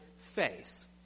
face